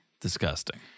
Disgusting